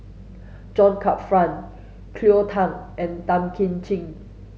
John Crawfurd Cleo Thang and Tan Kim Ching